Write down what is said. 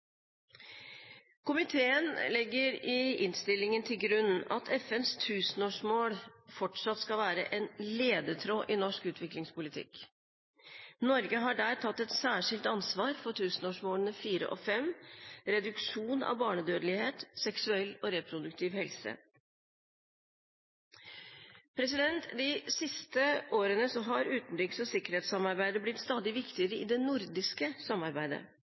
Komiteen legger i innstillingen til grunn at FNs tusenårsmål fortsatt skal være en ledetråd i norsk utviklingspolitikk. Norge har der tatt et særskilt ansvar for tusenårsmålene nr. 4 og 5: reduksjon av barnedødelighet og seksuell og reproduktiv helse. De siste årene har utenriks- og sikkerhetssamarbeidet blitt stadig viktigere i det nordiske samarbeidet.